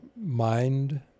mind